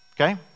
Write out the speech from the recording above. Okay